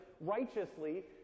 righteously